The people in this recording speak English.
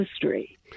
history